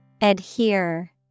Adhere